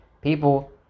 People